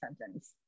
sentence